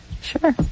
Sure